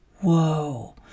whoa